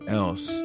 else